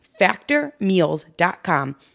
factormeals.com